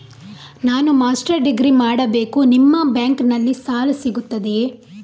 ನಾನು master degree ಮಾಡಬೇಕು, ನಿಮ್ಮ ಬ್ಯಾಂಕಲ್ಲಿ ಸಾಲ ಸಿಗುತ್ತದೆಯೇ?